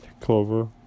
Clover